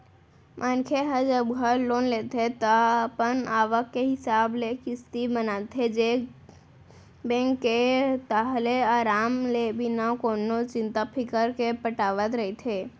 मनखे ह जब घर लोन लेथे ता अपन आवक के हिसाब ले किस्ती बनाथे बेंक के ताहले अराम ले बिना कोनो चिंता फिकर के पटावत रहिथे